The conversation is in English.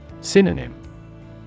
Synonym